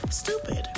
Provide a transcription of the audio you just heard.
stupid